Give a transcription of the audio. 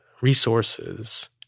resources